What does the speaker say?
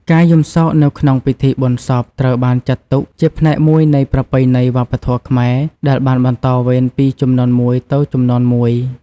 ការយំសោកនៅក្នុងពិធីបុណ្យសពត្រូវបានចាត់ទុកជាផ្នែកមួយនៃប្រពៃណីវប្បធម៌ខ្មែរដែលបានបន្តវេនពីជំនាន់មួយទៅជំនាន់មួយ។